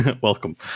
welcome